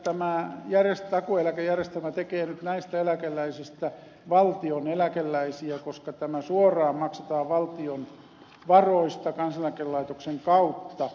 totean että tämä takuueläkejärjestelmä tekee nyt näistä eläkeläisistä valtion eläkeläisiä koska tämä suoraan maksetaan valtion varoista kansaneläkelaitoksen kautta